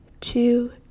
two